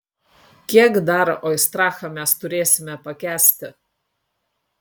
kiek dar oistrachą mes turėsime pakęsti